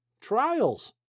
trials